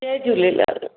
Jay Jhulelal